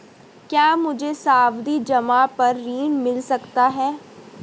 क्या मुझे सावधि जमा पर ऋण मिल सकता है?